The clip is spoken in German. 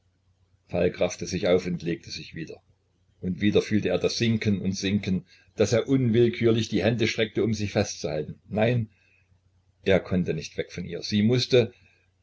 falk raffte sich auf und legte sich wieder und wieder fühlte er das sinken und sinken daß er unwillkürlich die hände streckte um sich festzuhalten nein er konnte nicht weg von ihr sie mußte